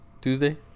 Tuesday